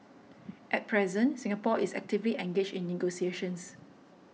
at present Singapore is actively engaged in negotiations